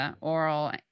oral